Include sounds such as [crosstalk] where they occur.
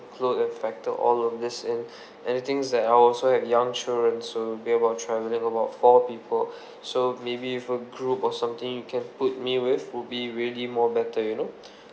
include and factor all of this in [breath] and the thing is that I also have young children so we'll be about travelling about four people [breath] so maybe for group or something you can put me with would be really more better you know [breath]